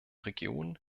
region